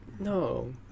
No